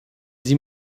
sie